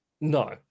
No